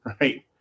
right